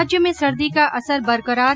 राज्य में सर्दी का असर बरकरार